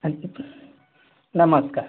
नमस्कार